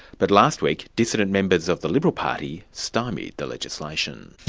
but last week, dissident members of the liberal party stymied the legislation.